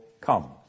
come